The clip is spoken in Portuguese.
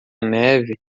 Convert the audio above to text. neve